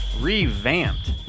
revamped